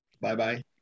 Bye-bye